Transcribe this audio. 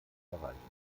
erreichen